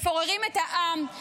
מפוררים את העם,